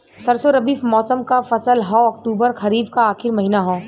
सरसो रबी मौसम क फसल हव अक्टूबर खरीफ क आखिर महीना हव